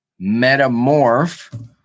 metamorph